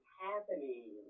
happening